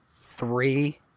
three